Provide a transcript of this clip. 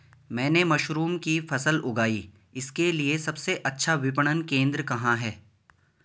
मैंने मशरूम की फसल उगाई इसके लिये सबसे अच्छा विपणन केंद्र कहाँ है?